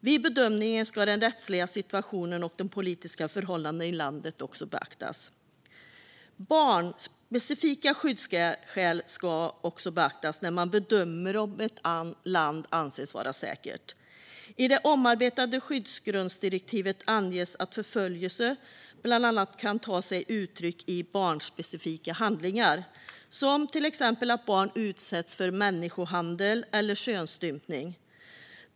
Vid bedömningen ska också den rättsliga situationen och de politiska förhållandena i landet beaktas. Barnspecifika skyddsskäl ska beaktas när man bedömer om ett land ska anses vara säkert. I det omarbetade skyddsgrundsdirektivet anges att förföljelse bland annat kan ta sig uttryck i barnspecifika handlingar, till exempel att barn utsätts för människohandel eller könsstympning.